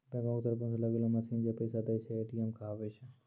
बैंको के तरफो से लगैलो मशीन जै पैसा दै छै, ए.टी.एम कहाबै छै